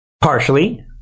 partially